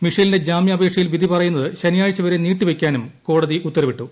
മിഷേലിന്റെ ജാമ്യാപേക്ഷയിൽ വിധി പറയുന്നത് ശനിയാഴ്ചവരെ നീട്ടിവെയ്ക്കാനും കോടതി ഉത്തരവിട്ടു